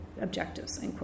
objectives